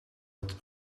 het